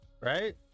right